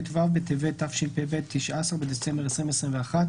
1. בתקופה שעד יום ט״ו בטבת התשפ״ב (19 בדצמבר 2021),